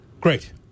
Great